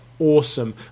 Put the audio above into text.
Awesome